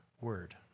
word